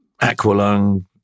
Aqualung